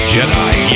Jedi